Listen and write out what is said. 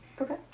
Okay